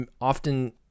often